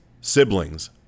siblings